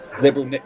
Liberal